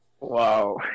Wow